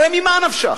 הרי ממה נפשך,